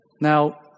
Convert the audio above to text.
Now